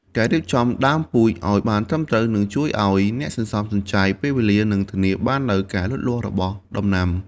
ការរៀបចំដើមពូជឱ្យបានត្រឹមត្រូវនឹងជួយឱ្យអ្នកសន្សំសំចៃពេលវេលា និងធានាបាននូវការលូតលាស់របស់ដំណាំ។